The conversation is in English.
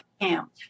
camp